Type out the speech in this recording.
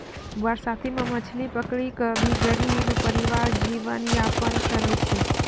बरसाती मॅ मछली पकड़ी कॅ भी गरीब परिवार जीवन यापन करै छै